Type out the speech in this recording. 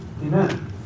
Amen